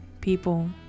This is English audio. people